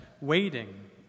waiting